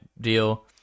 deal